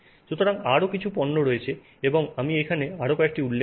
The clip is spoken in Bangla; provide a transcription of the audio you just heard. সুতরাং আরও কিছু পণ্য রয়েছে এবং আমি এখানে আরও কয়েকটির উল্লেখ করব